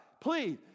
please